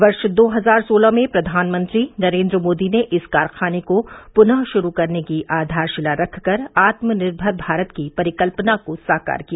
वर्ष दो हजार सोलह में प्रधानमंत्री नरेन्द्र मोदी ने इस कारखाने को पनः शुरू करने की आधारशिला रखकर आत्मनिर्मर भारत की परिकल्पना को साकार किया